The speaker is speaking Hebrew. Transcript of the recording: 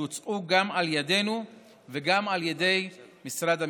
שהוצעו גם על ידנו וגם על ידי משרד המשפטים.